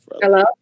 Hello